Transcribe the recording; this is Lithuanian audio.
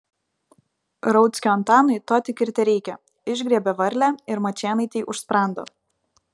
rauckio antanui to tik ir tereikia išgriebia varlę ir mačėnaitei už sprando